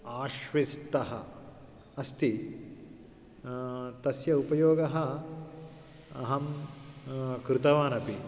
आश्विस्तः अस्ति तस्य उपयोगः अहं कृतवान् अपि